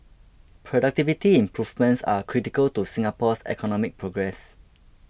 productivity improvements are critical to Singapore's economic progress